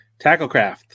Tacklecraft